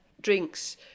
drinks